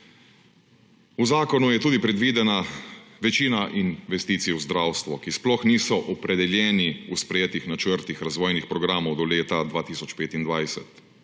V zakonu je tudi predvidena večina investicij v zdravstvu, ki sploh niso opredeljene v sprejetih načrtih razvojnih programov do leta 2025.